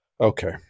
Okay